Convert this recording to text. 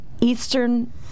Eastern